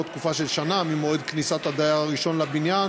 ואילו תקופה של שנה ממועד כניסת הדייר הראשון לבניין